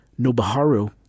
Nobuharu